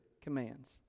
commands